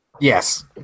Yes